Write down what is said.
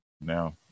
now